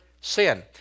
sin